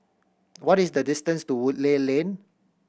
what is the distance to Woodleigh Lane